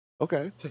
Okay